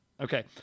okay